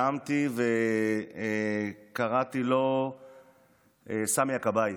נאמתי וקראתי לו "סמי הכבאי".